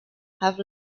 have